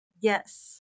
Yes